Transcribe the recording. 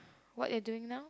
what you are doing now